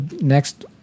Next